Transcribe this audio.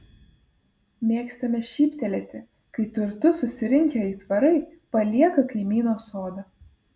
mėgstame šyptelėti kai turtus susirinkę aitvarai palieka kaimyno sodą